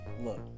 Look